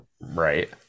right